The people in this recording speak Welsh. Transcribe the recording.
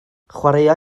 chwaraea